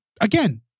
Again